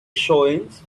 showings